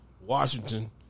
Washington